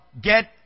Get